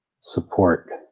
support